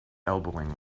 elbowing